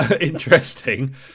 Interesting